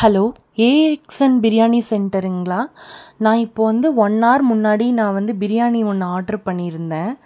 hello AXN biryani சென்ட்டருங்களா நான் இப்போ வந்த ஒன் ஹார் முன்னாடி நான் வந்து பிரியாணி ஒன்று ஆர்ட்ரு பண்ணி இருந்தேன்